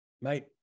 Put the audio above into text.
mate